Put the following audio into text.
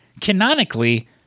canonically